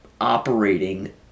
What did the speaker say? operating